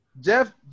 Jeff